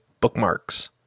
bookmarks